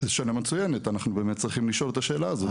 זו שאלה מצוינת אנחנו באמת צריכים לשאול את השאלה הזאת.